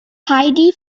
heidi